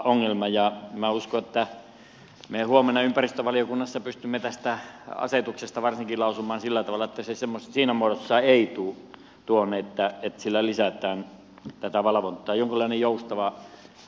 minä uskon että me huomenna ympäristövaliokunnassa pystymme tästä asetuksesta varsinkin lausumaan sillä tavalla että se ei tule tuonne siinä muodossa että sillä lisätään tätä valvonta ei ole niin valvontaa